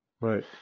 Right